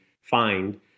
find